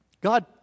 God